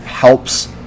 helps